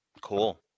Cool